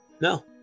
No